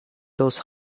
those